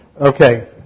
Okay